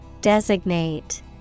Designate